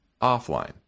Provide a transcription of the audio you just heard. offline